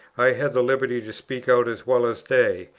i had the liberty to speak out as well as they,